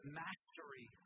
mastery